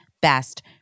best